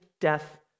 death